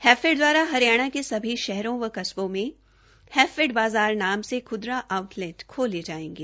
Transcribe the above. हैफेड द्वारा हरियाणा के सभी शहरों व कस्बों में हैफेड बाज़ार नाम से ख्दरा आउटलेट खोले जायेंगे